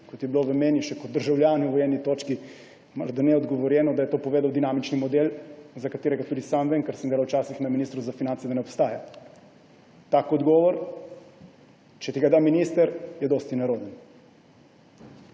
kot je bilo meni še kot državljanu v eni točki odgovorjeno – da je to povedal dinamični model, za katerega tudi sam vem, ker sem včasih delal na Ministrstvu za finance, da ne obstaja. Tak odgovor, če ti ga da minister, je dosti neroden.